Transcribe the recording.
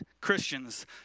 Christians